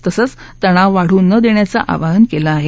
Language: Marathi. तसंच तणावा वाढू न देण्याचं आवाहन केलं आहे